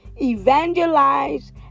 evangelize